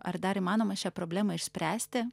ar dar įmanoma šią problemą išspręsti